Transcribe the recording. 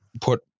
put